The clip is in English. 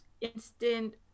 Instant